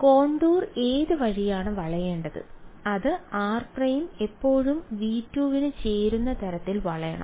contour ഏത് വഴിയാണ് വളയേണ്ടത് അത് r പ്രൈം ഇപ്പോഴും V2 ന് ചേരുന്ന തരത്തിൽ വളയണം